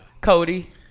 Cody